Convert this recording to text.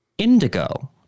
Indigo